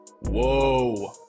whoa